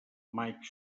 maig